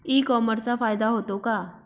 E कॉमर्सचा फायदा होतो का?